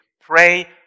Pray